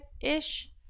ish